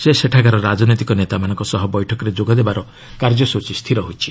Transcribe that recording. ସେ ସେଠାକାର ରାଜନୈତିକ ନେତାମାନଙ୍କ ସହ ବୈଠକରେ ଯୋଗ ଦେବାର କାର୍ଯ୍ୟସ୍ଟଚୀ ରହିଛି